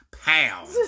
pounds